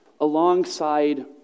alongside